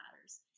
matters